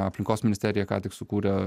aplinkos ministerija ką tik sukūrė